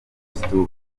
abakristu